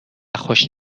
خوش